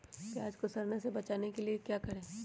प्याज को सड़ने से बचाने के लिए क्या करें?